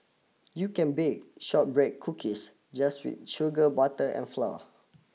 you can bake shortbread cookies just with sugar butter and flour